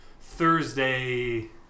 Thursday